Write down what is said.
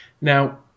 Now